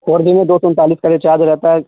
four G میں دو سو انتالیس کا ریچارج رہتا ہے